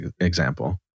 example